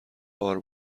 غار